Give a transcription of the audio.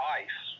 ice